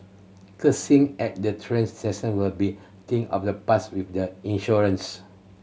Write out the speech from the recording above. cursing at the train station will be thing of the past with the insurance